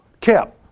kept